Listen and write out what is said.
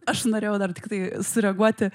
aš norėjau dar tiktai sureaguoti